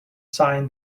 sign